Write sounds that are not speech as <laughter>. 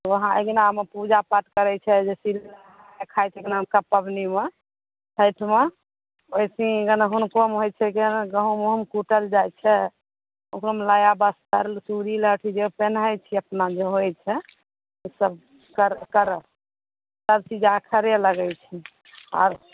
उहाँ अङ्गनामे पूजा पाठ करै छै <unintelligible> खाइ छै अङ्गनामे <unintelligible> पबनीमे छठिमे ओहिसे हुनकोमे होइ छै गहूॅंम अहुम कुटल जाइ छै ओकरोमे नया बस्तर चूड़ी लहठी जे पनहै छियै अपना जे होइ छै से सभ कर करऽ सभचीज आखरे लगै छै आर